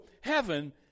heaven